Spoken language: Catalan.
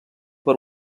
per